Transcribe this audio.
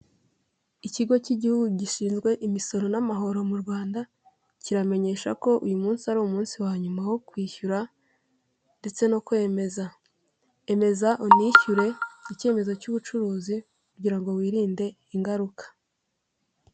Ikigo cy'igihugu gishinzwe imisoro n'amahoro mu Rwanda, kiramenyesha ko uyu munsi ari umunsi wa nyuma wo kwishyura ndetse no kwemeza. Emeza, unishyure icyemezo cy'ubucuruzi, kugira ngo wirinde ingaruka.